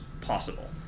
possible